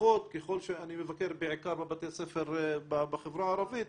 לפחות ככל שאני מבקר בעיקר בבתי ספר בחברה הערבית,